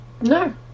no